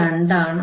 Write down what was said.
12 ആണ്